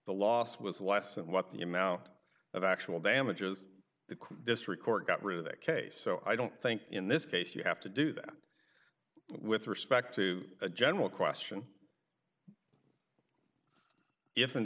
the loss was less than what the amount of actual damages the district court got rid of that case so i don't think in this case you have to do that with respect to a general question if in